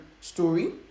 story